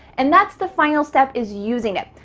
and that's the final step, is using it.